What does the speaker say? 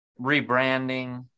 rebranding